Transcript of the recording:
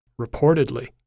Reportedly